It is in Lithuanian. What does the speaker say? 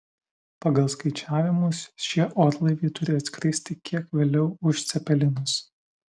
pagal skaičiavimus šie orlaiviai turi atskristi kiek vėliau už cepelinus